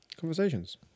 conversations